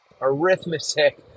arithmetic